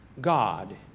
God